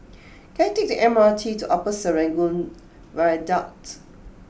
can I take the M R T to Upper Serangoon Viaduct